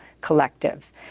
Collective